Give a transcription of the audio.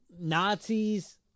Nazis